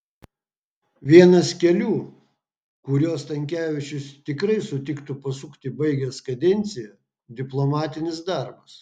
vienas kelių kuriuo stankevičius tikrai sutiktų pasukti baigęs kadenciją diplomatinis darbas